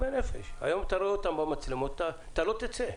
היום אתה רואה אותם במצלמות, אתה לא תצא.